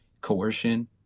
coercion